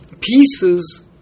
pieces